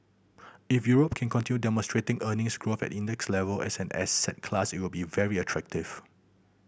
if Europe can continue demonstrating earnings growth at index level as an asset class it will be very attractive